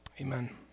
Amen